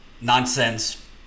nonsense